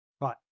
Right